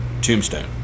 Tombstone